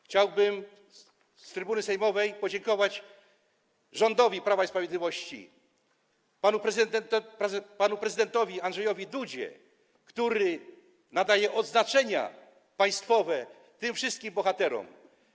Chciałbym z trybuny sejmowej podziękować rządowi Prawa i Sprawiedliwości oraz panu prezydentowi Andrzejowi Dudzie, który nadaje odznaczenia państwowe tym wszystkim bohaterom.